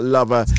Lover